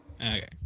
Okay